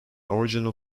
original